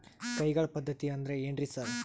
ಕೈಗಾಳ್ ಪದ್ಧತಿ ಅಂದ್ರ್ ಏನ್ರಿ ಸರ್?